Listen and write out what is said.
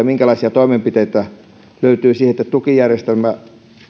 minkälaisia toimenpiteitä löytyy siihen että tukijärjestelmä